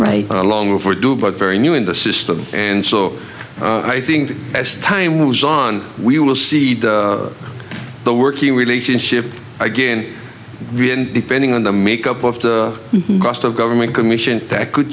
right along for do but very new in the system and so i think as time moves on we will see the working relationship again depending on the makeup of the cost of government commission that could